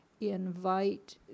invite